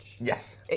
Yes